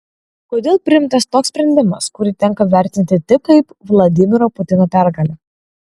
kodėl priimtas toks sprendimas kurį tenka vertinti tik kaip vladimiro putino pergalę